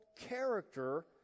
character